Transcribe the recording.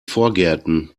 vorgärten